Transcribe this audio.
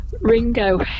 Ringo